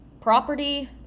property